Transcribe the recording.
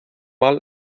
mal